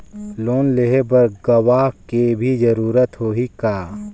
Loan लेहे बर गवाह के भी जरूरत होही का?